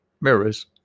mirrors